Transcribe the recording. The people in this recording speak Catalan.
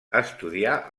estudià